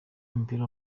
y’umupira